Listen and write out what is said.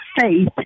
faith